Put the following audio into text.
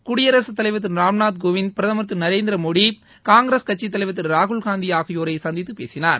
குடியரசு தலைவர் திரு ராம்நாத் கோவிந்த் பிரதமர் திரு நரேந்திரமோடி காங்கிரஸ் கட்சி தலைவர் திரு ராகுல் காந்தி ஆகியோரை சந்தித்து பேசினார்